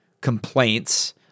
complaints